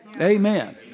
Amen